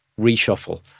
reshuffle